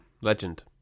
legend